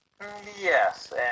Yes